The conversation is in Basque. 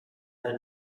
nahi